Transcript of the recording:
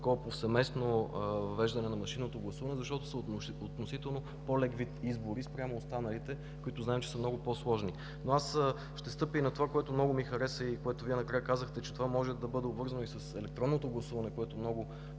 повсеместно въвеждане на машинното гласуване, защото са относително по-лек вид избори спрямо останалите, които знаем, че са много по-сложни. Ще стъпя и на това, което накрая Вие казахте и много ми хареса, че то може да бъде обвързано и с електронното гласуване. Него